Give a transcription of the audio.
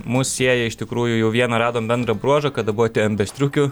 mus sieja iš tikrųjų jau vieną radom bendrą bruožą kad abu atėjom be striukių